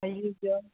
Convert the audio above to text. ஐய்யையோ